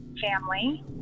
family